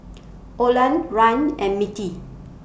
Orland Rand and Mettie